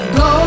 go